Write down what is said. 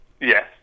Yes